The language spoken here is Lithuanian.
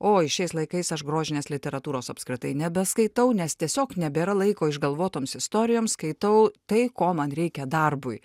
oi šiais laikais aš grožinės literatūros apskritai nebeskaitau nes tiesiog nebėra laiko išgalvotoms istorijom skaitau tai ko man reikia darbui